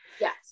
Yes